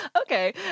Okay